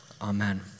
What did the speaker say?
amen